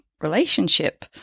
relationship